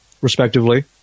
respectively